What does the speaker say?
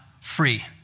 free